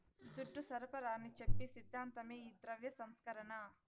దుడ్డు సరఫరాని చెప్పి సిద్ధాంతమే ఈ ద్రవ్య సంస్కరణ